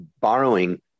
borrowing